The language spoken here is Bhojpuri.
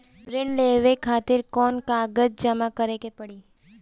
ऋण लेवे खातिर कौन कागज जमा करे के पड़ी?